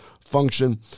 function